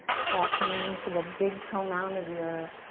pressing into the big toe mound of your